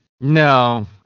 No